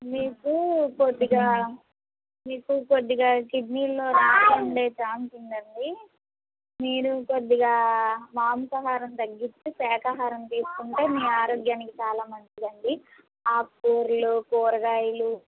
మీకు కొద్దిగా మీకు కొద్దిగా కిడ్నీలో రాళ్ళుండే ఛాన్స్ ఉందండి మీరు కొద్దిగా మాంసాహారం తగ్గించి శాకాహారం తీసుకుంటే మీ ఆరోగ్యానికి చాలా మంచిదండి ఆక్కూరలు కూరగాయలు